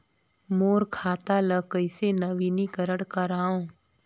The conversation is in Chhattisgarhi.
मोर खाता ल कइसे नवीनीकरण कराओ?